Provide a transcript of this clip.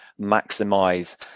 maximize